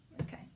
Okay